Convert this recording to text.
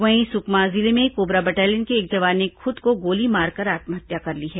वहीं सुकमा जिले में कोबरा बटालियन के एक जवान ने खुद को गोली मारकर आत्महत्या कर ली है